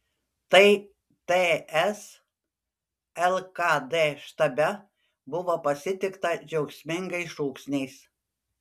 tai ts lkd štabe buvo pasitikta džiaugsmingais šūksniais